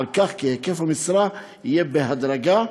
על כך שהיקף המשרה יהיה בהדרגה,